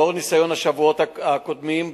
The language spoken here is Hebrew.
נוכח ניסיון השבועות הקודמים,